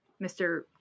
Mr